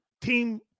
Team